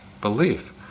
belief